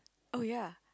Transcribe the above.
oh ya